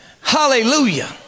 Hallelujah